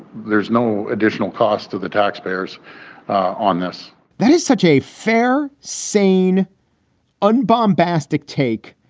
there's no additional cost to the taxpayers on this that is such a fair, sane and bombastic take.